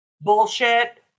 bullshit